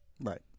Right